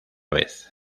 vez